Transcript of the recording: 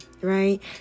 right